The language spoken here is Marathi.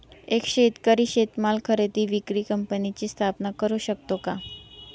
एक शेतकरी शेतीमाल खरेदी विक्री कंपनीची स्थापना करु शकतो का?